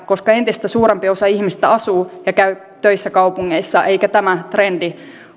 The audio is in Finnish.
tärkeä koska entistä suurempi osa ihmisistä asuu ja käy töissä kaupungeissa eikä tämä trendi